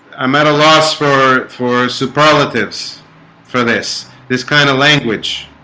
i'm at a loss for four superlatives for this this kind of language